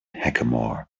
hackamore